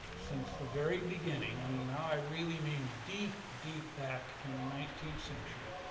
since the very beginning, and now i really mean, deep, deep back in the nineteenth century,